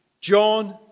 John